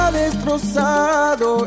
destrozado